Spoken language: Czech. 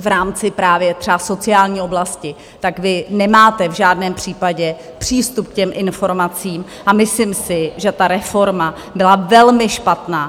v rámci právě třeba sociální oblasti, tak vy nemáte v žádném případě přístup k těm informacím, a myslím si, že ta reforma byla velmi špatná.